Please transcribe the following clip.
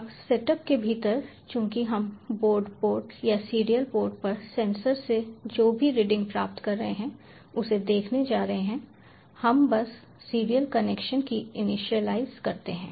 अब सेटअप के भीतर चूंकि हम बोर्ड पोर्ट या सीरियल पोर्ट पर सेंसर से जो भी रीडिंग प्राप्त कर रहे हैं उसे देखने जा रहे हैं हम बस सीरियल कनेक्शन को इनिशियलाइज़ करते हैं